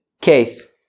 case